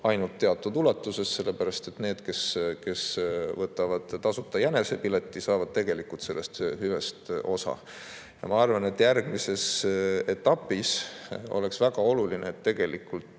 ainult teatud ulatuses, sellepärast et need, kes võtavad tasuta jänesepileti, saavad tegelikult osa sellest hüvest. Ma arvan, et järgmises etapis oleks väga oluline, et ühtses